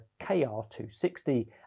KR260